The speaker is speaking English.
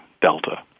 Delta